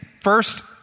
first